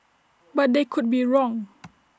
but they could be wrong